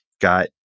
got